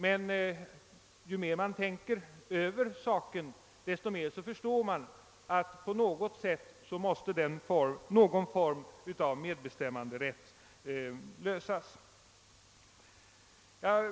Men ju mer man tänker över detta, desto mer förstår man att frågan om medbestämmanderätt i någon form måste lösas.